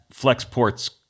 Flexport's